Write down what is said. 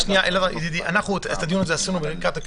משרד המשפטים, בתמצות, עניינית לנושא